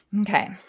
Okay